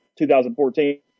2014